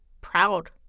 proud